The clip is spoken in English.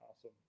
Awesome